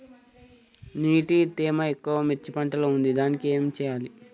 నీటి తేమ ఎక్కువ మిర్చి పంట లో ఉంది దీనికి ఏం చేయాలి?